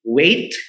wait